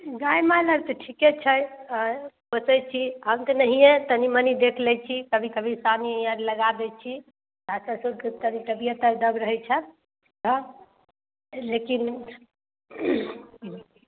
गाय माल आर तऽ ठीके छै आ सोचैत छी हम तऽ नहिए तनी मनी देखि लै छी कभी कभी सानी ई आर लगा दै छी चाचाके सेहो कभी कभी तबीअत आर दब रहैत छनि हँ लेकिन